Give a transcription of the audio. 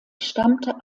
stammte